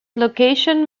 location